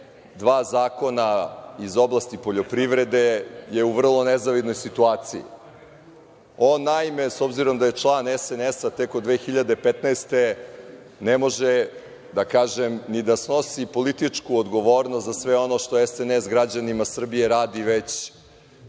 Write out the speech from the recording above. dva zakona iz oblasti poljoprivrede je u vrlo nezavidnoj situaciji. On, naime, s obzirom da je član SNS tek od 2015. godine, ne može, da tako kažem, ni da snosi političku odgovornost za sve ono što SNS građanima Srbije radi već